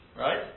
Right